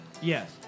Yes